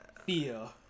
feel